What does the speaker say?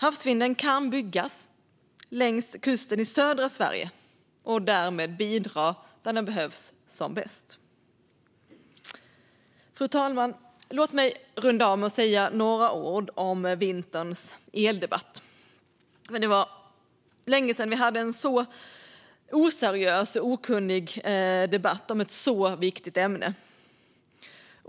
Havsvindkraftverk kan byggas längs kusten i södra Sverige och därmed bidra där den behövs som bäst. Fru talman! Låt mig runda av med att säga några ord om vinterns eldebatt. Det var länge sedan vi hade en sådan oseriös och okunnig debatt om ett så viktigt ämne.